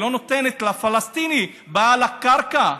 שלא נותנת לפלסטיני בעל הקרקע,